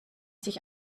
sich